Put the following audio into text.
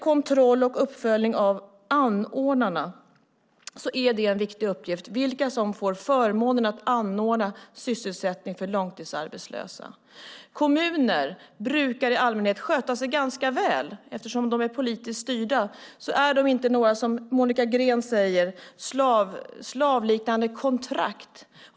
Kontroll och uppföljning av anordnarna är en viktig uppgift för att veta vilka det är som får förmånen att anordna sysselsättning för långtidsarbetslösa. Kommuner brukar i allmänhet sköta sig ganska väl. Eftersom de är politiskt styrda ger de inte några, som Monica Green säger, slavliknande kontrakt.